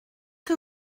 que